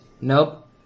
Nope